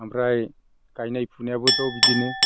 ओमफ्राय गायनाय फुनायाबोथ' बिदिनो